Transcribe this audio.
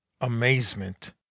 amazement